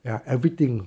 ya everything